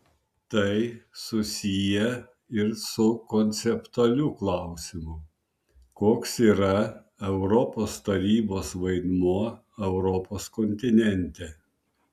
tai susiję ir su konceptualiu klausimu koks yra europos tarybos vaidmuo europos kontinente